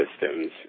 systems